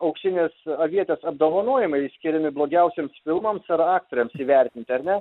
auksinės avietės apdovanojimai skiriami blogiausiems filmams ar aktoriams įvertinti ar ne